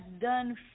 done